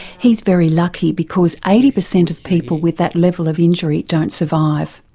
he's very lucky because eighty percent of people with that level of injury don't survive.